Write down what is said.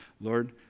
Lord